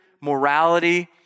morality